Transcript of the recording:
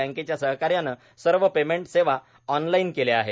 बँकेच्या सहकार्यानं सर्व पेमेंट सेवा ऑनलाईन केल्या आहेत